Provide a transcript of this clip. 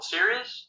Series